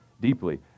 deeply